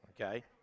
okay